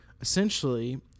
essentially